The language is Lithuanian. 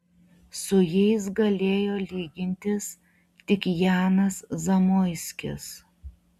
su jais galėjo lygintis tik janas zamoiskis